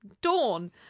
Dawn